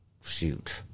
Shoot